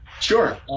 Sure